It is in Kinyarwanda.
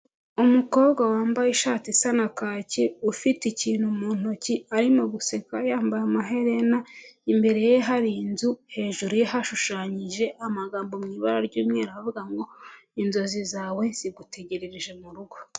Umukobwa wambaye ishati isa na kaki ufite ikintu mu ntoki arimo guseka yambaye amaherena imbere ye hari inzu hejuru ye hashushanyije amagambo mu ibara ryumweruvuga ngo inzozi zawe zigutegererereje murugo.